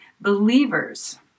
believers